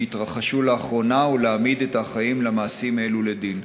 שהתרחשו לאחרונה ולהעמיד את האחראים למעשים אלו לדין?